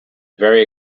very